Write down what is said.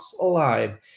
alive